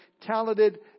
talented